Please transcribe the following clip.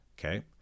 Okay